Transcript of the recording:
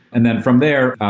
and then from there,